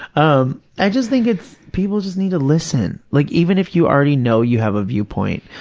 um i just think it's, people just need to listen. like, even if you already know you have a viewpoint,